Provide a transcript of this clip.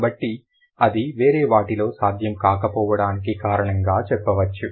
కాబట్టి అది వేరే వాటిలో సాధ్యం కాకపోవడానికి కారణంగా చెప్పవచ్చు